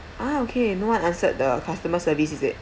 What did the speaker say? ah okay no one answered the customer service is it